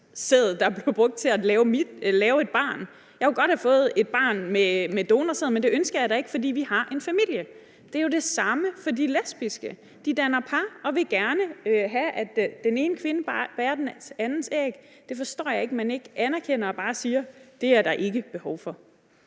sæd, der blev brugt til at lave et barn. Jeg kunne godt have fået et barn med donorsæd, men det ønsker jeg da ikke, fordi vi har en familie. Det er jo det samme for de lesbiske. De danner par og vil gerne have, at den ene kvinde bærer den andens æg. Det forstår jeg ikke at man ikke anerkender, og at man bare siger: Det er der ikke behov for.